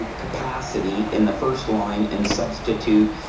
capacity in the first line and substitute